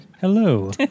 Hello